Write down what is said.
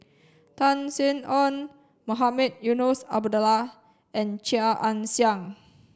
Tan Sin Aun Mohamed Eunos Abdullah and Chia Ann Siang